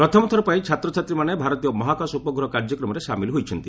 ପ୍ରଥମଥର ପାଇଁ ଛାତ୍ରଛାତ୍ରୀମାନେ ଭାରତୀୟ ମହାକାଶ ଉପଗ୍ରହ କାର୍ଯ୍ୟକ୍ରମରେ ସାମିଲ ହୋଇଛନ୍ତି